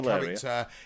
character